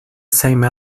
same